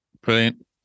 Brilliant